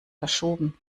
verschoben